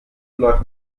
läuft